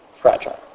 fragile